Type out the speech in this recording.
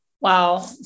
Wow